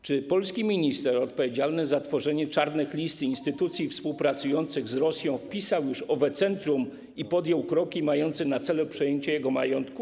Czy polski minister odpowiedzialny za tworzenie czarnych list i instytucji współpracujących z Rosją wpisał już na nie owe centrum i podjął kroki mające na celu przejęcie jego majątku?